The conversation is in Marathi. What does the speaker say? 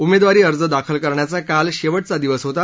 उमेदवारी अर्ज दाखल करण्याचा काल शेवटचा दिवस होता